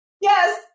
Yes